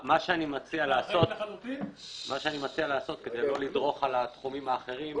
מה שאני מציע לעשות כדי לא לדרוך על התחומים האחרים,